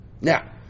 Now